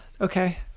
okay